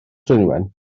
dwynwen